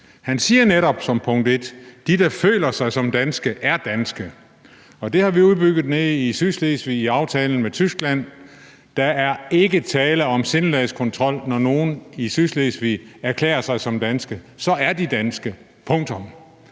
Han siger netop som punkt et, at de, der føler sig som danske, er danske. Og det har vi udbygget nede i Sydslesvig i aftalen med Tyskland. Der er ikke tale om sindelagskontrol, når nogle i Sydslesvig erklærer sig som danske. Så er de danske. Punktum.